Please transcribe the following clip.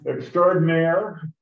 Extraordinaire